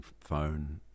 phone